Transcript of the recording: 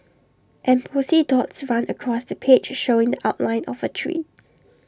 embossed dots run across the page showing the outline of A tree